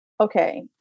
okay